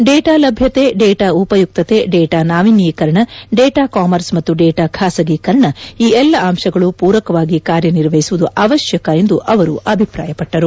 data ಲಭ್ಯತೆ data ಉಪಯುಕ್ತತೆ data ನಾವಿನ್ನೀಕರಣ ಡೇಟಾ ಕಾಮರ್ಸ್ ಮತ್ತು ಡೇಟಾ ಖಾಸಗೇಕರಣ ಈ ಎಲ್ಲ ಅಂಶಗಳು ಪೂರಕವಾಗಿ ಕಾರ್ಯನಿರ್ವಹಿಸುವುದು ಅವಶ್ವಕ ಎಂದು ಅವರು ಅಭಿಪ್ರಾಯಪಟ್ಟರು